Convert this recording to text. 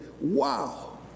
wow